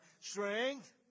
strength